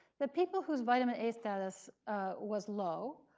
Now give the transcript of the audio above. that people whose vitamin a status was low,